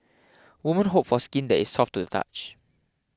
women hope for skin that is soft to the touch